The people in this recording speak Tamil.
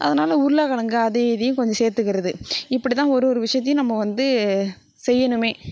அதனால உருளைக்கிழங்கு அதையும் இதையும் கொஞ்சம் சேர்த்துக்கறது இப்படி தான் ஒரு ஒரு விஷயத்தையும் நம்ம வந்து செய்யணுமே